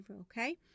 okay